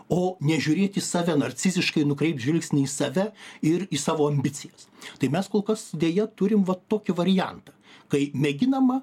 o nežiūrėt į save narciziškai nukreipt žvilgsnį į save ir į savo ambicijas tai mes kol kas deja turim va tokį variantą kai mėginama